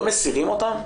לא מסירים אותן?